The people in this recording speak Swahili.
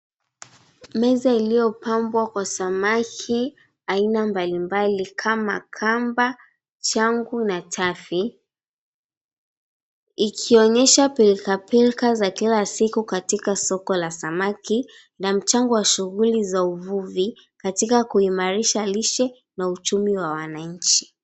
Meza iliopambwa kwa samaki aina mbalimbali kama kamba, changu na chafi ikionyesha pilkapilka za kila siku katika soko la samaki na mchango wa shughuli za uvuvi katika kuimarisha lishe na uchumi wa wananchi.